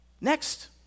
Next